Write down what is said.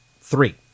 three